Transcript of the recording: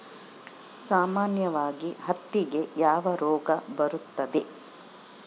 ಸಾಮಾನ್ಯವಾಗಿ ಹತ್ತಿಗೆ ಯಾವ ರೋಗ ಬರುತ್ತದೆ?